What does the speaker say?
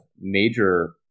major